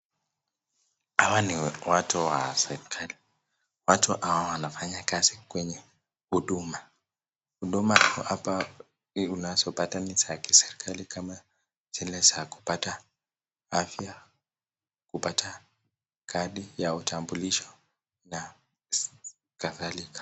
Hao ni watu wa serikali watu hao wanafanya kazi kwenye huduma, huduma hapa unayozipata hapa ni ya kiserikali kama zile za kupata afya ya kupata kadi ya utambulisho na kadhalika.